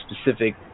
specific